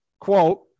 quote